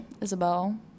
Isabel